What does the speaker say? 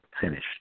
finished